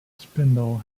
spindle